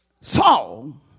Saul